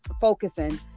focusing